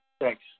Thanks